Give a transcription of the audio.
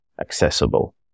accessible